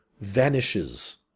vanishes